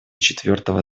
четвертого